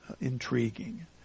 intriguing